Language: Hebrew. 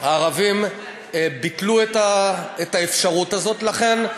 הערבים ביטלו את האפשרות הזאת, לכן,